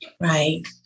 Right